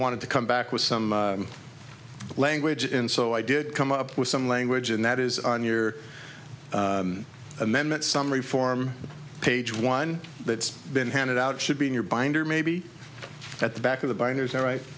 wanted to come back with some language and so i did come up with some language and that is on your amendment some reform page one that's been handed out should be in your binder maybe at the back of the